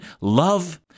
love